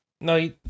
No